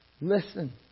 Listen